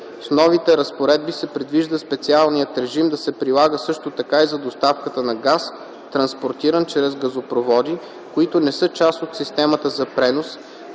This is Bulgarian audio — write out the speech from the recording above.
С новите разпоредби се предвижда специалният режим да се прилага също така и за доставката на газ, транспортиран чрез газопроводи, които не са част от системата за пренос,